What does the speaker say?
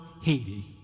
Haiti